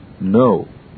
No